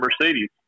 Mercedes